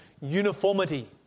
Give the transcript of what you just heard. uniformity